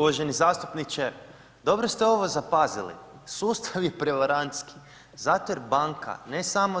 Uvaženi zastupniče, dobro ste ovo zapazili sustav je prevarantski zato jer banka ne samo